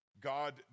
God